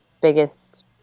biggest